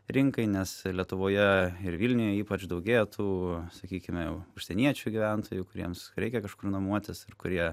rinkai nes lietuvoje ir vilniuje ypač daugėja tų sakykime užsieniečių gyventojų kuriems reikia kažkur nuomotis ir kurie